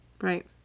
Right